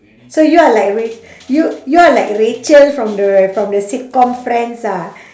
so you are like ra~ you you are like rachel from the from the sitcom friends ah